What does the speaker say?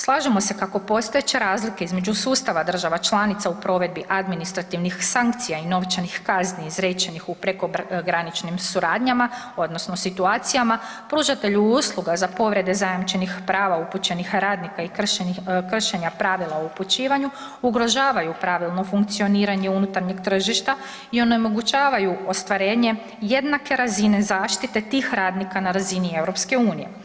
Slažemo se kako postojeće razlike između sustava država članica u provedbi administrativnih sankcija i novčanih kazni izrečenih u prekograničnim suradnjama odnosno situacijama pružatelju usluga za povrede zajamčenih prava upućenih radnika i kršenja pravila o upućivanju ugrožavaju pravilno funkcioniranje unutarnjeg tržišta i onemogućavaju ostvarenje jednake razine zaštite tih radnika na razini EU.